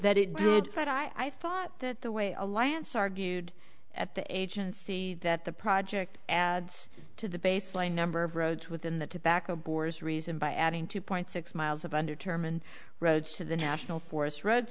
that it did that i thought that the way alliance argued at the agency that the project adds to the baseline number of roads within the tobacco borders reason by adding two point six miles of undetermined roads to the national forest r